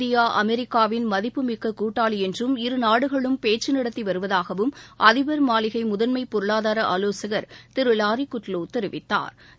India அமெரிக்காவின் மதிப்புமிக்க கூட்டாளி என்றும் இருநாடுகளும் பேச்சுக்கள் நடத்தி வருவதாகவும் அதிபர் மாளிகை முதன்மை பொருளாதார ஆவோசகர் திரு வாரி குட்வோ தெரிவித்தாா்